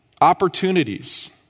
opportunities